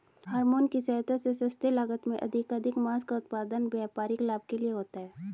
hormone की सहायता से सस्ते लागत में अधिकाधिक माँस का उत्पादन व्यापारिक लाभ के लिए होता है